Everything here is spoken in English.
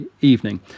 evening